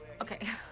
Okay